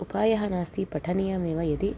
उपायः नास्ति पठनीयमेव इति